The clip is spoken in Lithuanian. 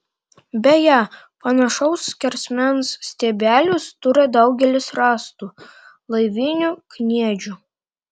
beje panašaus skersmens stiebelius turi daugelis rastų laivinių kniedžių